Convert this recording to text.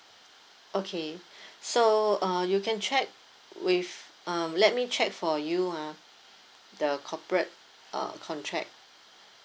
okay so uh you can check with um let me check for you ah the corporate uh contract